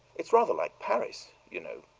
it's rather like paris, you know,